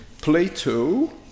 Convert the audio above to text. Plato